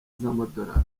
z’amadolari